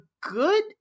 good